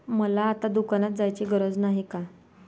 मला आता दुकानात जायची गरज नाही का?